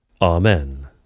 Amen